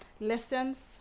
lessons